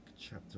chapter